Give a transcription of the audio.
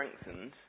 strengthened